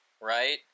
Right